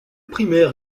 primaire